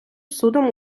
судом